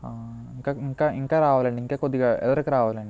ఇంకా ఇంకా ఇంకా రావాలండి ఇంకా కొద్దిగా ఎదురికి రావాలండి